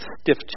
stiff